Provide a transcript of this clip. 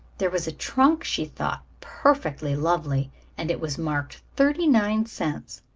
there was a trunk she thought perfectly lovely and it was marked thirty nine cents.